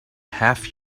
have